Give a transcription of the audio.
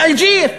באלג'יר.